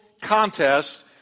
contest